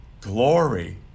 Glory